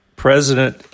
President